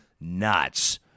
Nuts